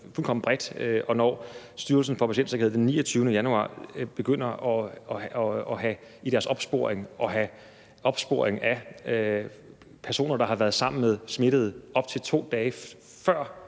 fuldkommen bredt, og når Styrelsen for Patientsikkerhed den 29. januar i deres opsporing begynder at have personer, der har været sammen med smittede op til 2 dage, før